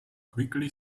quickly